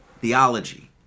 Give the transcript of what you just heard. theology